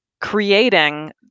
creating